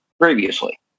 previously